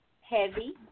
heavy